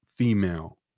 female